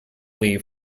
leave